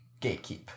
gatekeep